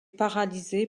paralysée